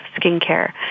skincare